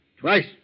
twice